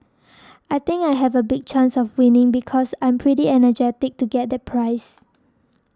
I think I have a big chance of winning because I'm pretty and energetic to get the prize